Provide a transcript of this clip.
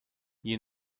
you